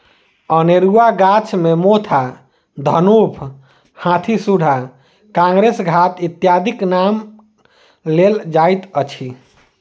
अनेरूआ गाछ मे मोथा, दनुफ, हाथीसुढ़ा, काँग्रेस घास इत्यादिक नाम लेल जाइत अछि